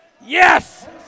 Yes